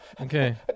okay